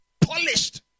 Polished